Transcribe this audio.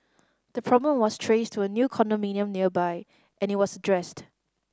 the problem was traced to a new condominium nearby and it was addressed